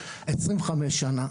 25 שנה,